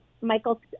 michael